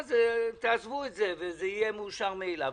עזבו את זה וזה יהיה מאושר מאליו.